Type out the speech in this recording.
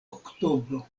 oktobro